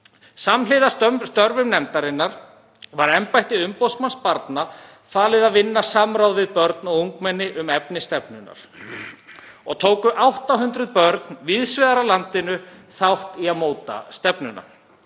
Samhliða störfum nefndarinnar var embætti umboðsmanns barna falið að vinna í samráði við börn og ungmenni um efni stefnunnar og tóku 800 börn víðs vegar af landinu þátt í að móta stefnuna.